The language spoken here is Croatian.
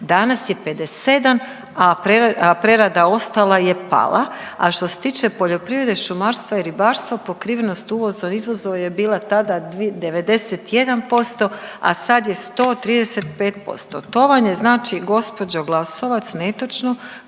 danas je 57%, a prerada ostala je pala, a što se tiče poljoprivrede, šumarstva i ribarstva pokrivenost uvoza izvoza je bila tada 91, a sad je 135%. To vam je znači gospođo Glasovac netočno